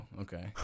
Okay